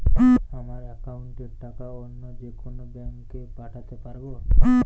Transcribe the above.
আমার একাউন্টের টাকা অন্য যেকোনো ব্যাঙ্কে পাঠাতে পারব?